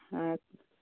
হুম